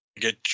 get